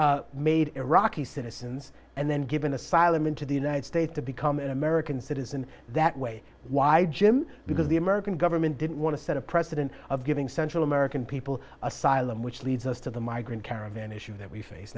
be made iraqi citizens and then given asylum into the united states to become an american citizen that way why jim because the american government didn't want to set a precedent of giving central american people asylum which leads us to the migrant caravan issue that we face